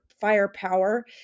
firepower